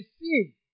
receive